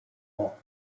wall